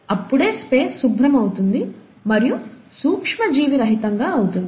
అప్పుడే స్పేస్ శుభ్రం అవుతుంది మరియు సూక్ష్మజీవిరహితంగా అవుతుంది